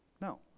No